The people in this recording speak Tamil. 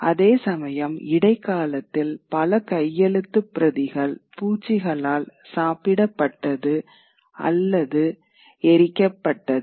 அதேசமயம் இடைக்காலத்தில் பல கையெழுத்துப் பிரதிகள் பூச்சிகளால் சாப்பிடபட்டது அல்லது எரிக்கப்பட்டது